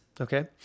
okay